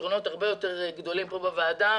פתרונות הרבה יותר גדולים כאן בוועדה.